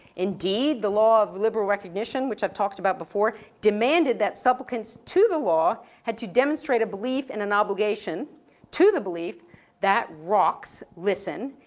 indeed the law of liberal recognition, which i've talked about before, demanded that supplicants to the law had to demonstrate a belief in an obligation to the belief that rocks listen,